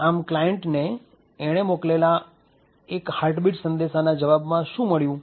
આમ ક્લાયન્ટને એણે મોકલેલા હાર્ટ બીટ સંદેશના જવાબમાં શું મળ્યું